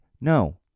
No